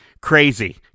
Crazy